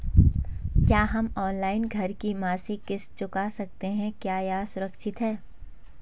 क्या हम ऑनलाइन घर की मासिक किश्त चुका सकते हैं क्या यह सुरक्षित है?